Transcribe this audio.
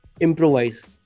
Improvise